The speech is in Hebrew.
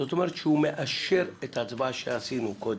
זאת אומרת שהוא מאשר את ההצבעה שערכנו קודם.